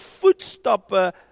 voetstappen